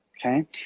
okay